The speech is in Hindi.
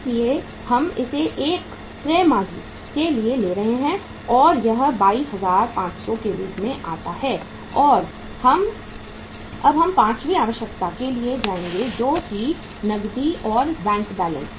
इसलिए हम इसे 1 तिमाही के लिए ले रहे हैं और यह 22500 के रूप में आता है और अब हम पांचवीं आवश्यकता के लिए जाएंगे जो है नकदी और बैंक बैलेंस